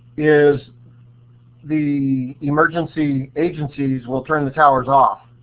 is the emergency agencies will turn the towers off